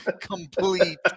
complete